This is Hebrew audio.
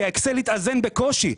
כי האקסל התאזן בקושי.